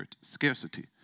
scarcity